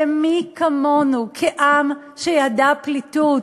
ומי כמונו, כעם שידע פליטות,